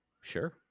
Sure